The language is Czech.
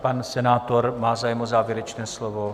Pan senátor má zájem o závěrečné slovo.